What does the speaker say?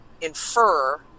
infer